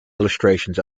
illustrations